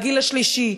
הגיל השלישי,